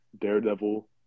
Daredevil